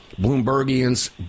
Bloombergians